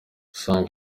asanga